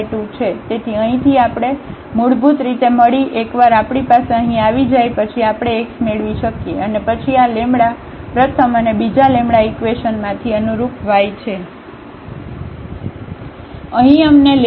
તેથી અહીંથી આપણે મૂળભૂત રીતે મળી એકવાર આપણી પાસે અહીં આવી જાય પછી આપણે x મેળવી શકીએ અને પછી આ પ્રથમ અને બીજા ઇકવેશન માંથી અનુરૂપ y છે